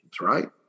right